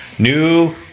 New